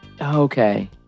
Okay